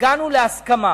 הגענו להסכמה